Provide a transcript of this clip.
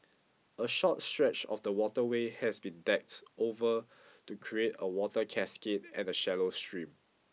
a short stretch of the waterway has been decked over to create a water cascade and a shallow stream